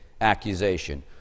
accusation